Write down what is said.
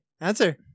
answer